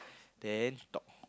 then talk